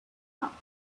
thought